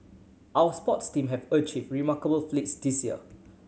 our sports team have achieved remarkable feats this year